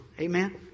Amen